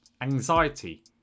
Anxiety